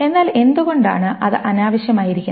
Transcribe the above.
എന്നാൽ എന്തുകൊണ്ടാണ് അത് അനാവശ്യമായിരിക്കുന്നത്